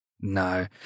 No